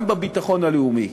גם בביטחון הלאומי.